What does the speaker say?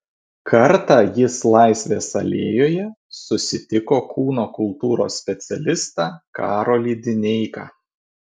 kartą jis laisvės alėjoje susitiko kūno kultūros specialistą karolį dineiką